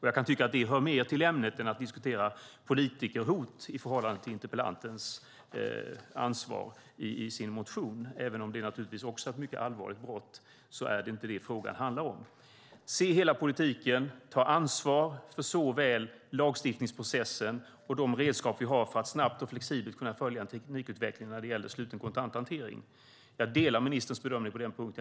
Jag kan tycka att det hör mer till ämnet än att diskutera politikerhot i förhållande till interpellantens fråga i sin interpellation. Även om det också är ett mycket allvarligt brott är det inte vad frågan handlar om. Det handlar om att se hela politiken, ta ansvar för såväl lagstiftningsprocessen som de redskap vi har för att snabbt och flexibelt kunna följa en teknikutveckling när det gäller sluten kontanthantering. Jag delar ministerns bedömning på den punkten.